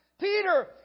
Peter